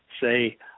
say